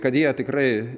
kad jie tikrai